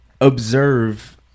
observe